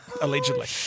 Allegedly